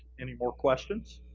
any more questions?